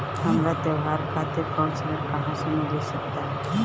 हमरा त्योहार खातिर छोट ऋण कहाँ से मिल सकता?